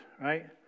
right